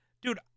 Dude